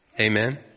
Amen